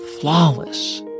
flawless